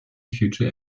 future